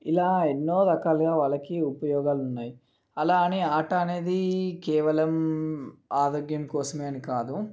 ఇలా ఎన్నో రకాలుగా వాళ్ళకి ఉపయోగాలు ఉన్నాయి అలా అని ఆట అనేది కేవలం ఆరోగ్యం కోసమే అని కాదు